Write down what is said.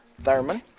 Thurman